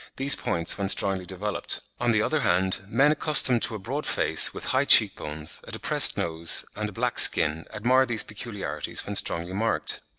these points when strongly developed. on the other hand, men accustomed to a broad face, with high cheek-bones, a depressed nose, and a black skin, admire these peculiarities when strongly marked.